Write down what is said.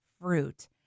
fruit